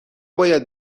باید